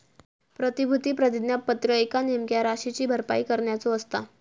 प्रतिभूती प्रतिज्ञापत्र एका नेमक्या राशीची भरपाई करण्याचो असता